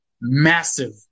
massive